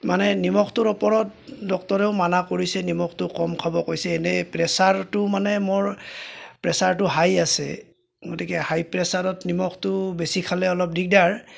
মানে নিমখটোৰ ওপৰত ডক্টৰেও মানা কৰিছে নিমখটো কম খাব কৈছে এনে প্ৰেছাৰটো মানে মোৰ প্ৰেছাৰটো হাই আছে গতিকে হাই প্ৰেছাৰত নিমখটো বেছি খালে অলপ দিগদাৰ